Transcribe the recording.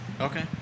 Okay